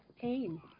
pain